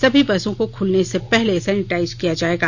सभी बसों को खुलने से पहले सैनिटाइज किया जाएगा